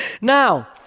Now